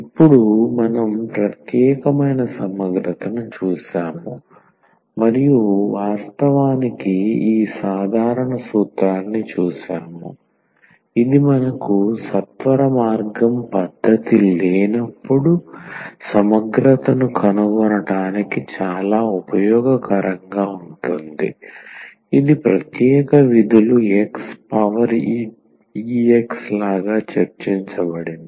ఇప్పుడు మనం ప్రత్యేకమైన సమగ్రతను చూశాము మరియు వాస్తవానికి ఈ సాధారణ సూత్రాన్ని చూశాము ఇది మనకు సత్వరమార్గం పద్ధతి లేనప్పుడు సమగ్రతను కనుగొనటానికి చాలా ఉపయోగకరంగా ఉంటుంది ఇది ప్రత్యేక విధులు x పవర్ e x లాగా చర్చించబడింది